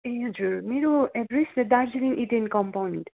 ए हजुर मेरो एड्रेस चाहिँ दार्जिलिङ इडेन कम्पाउन्ड